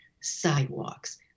Sidewalks